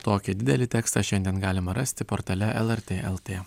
tokį didelį tekstą šiandien galima rasti portale lrt lt